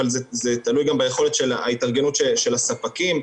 אבל זה תלוי גם ביכולת ההתארגנות של הספקים,